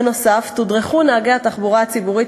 בנוסף תודרכו נהגי התחבורה הציבורית